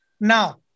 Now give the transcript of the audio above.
Now